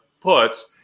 puts